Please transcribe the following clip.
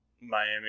Miami